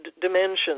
dimensions